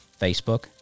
Facebook